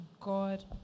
God